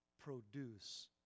produce